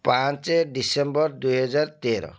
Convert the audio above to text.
ପାଞ୍ଚ ଡିସେମ୍ବର ଦୁଇହଜାର ତେର